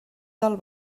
del